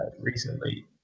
recently